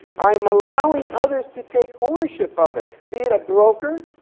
i am allowing others to take ownership of it. being a broker,